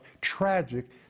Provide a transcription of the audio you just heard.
tragic